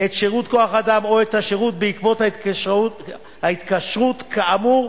את שירות כוח-האדם או את השירות בעקבות ההתקשרות כאמור,